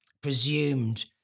presumed